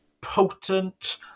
potent